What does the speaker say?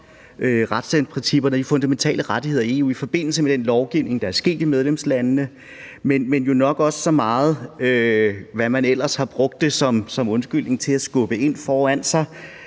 de fundamentale rettigheder i EU i forbindelse med den lovgivning, der er foretaget i medlemslandene, men nok også, hvad man ellers har brugt af undskyldninger for at skubbe noget foran sig.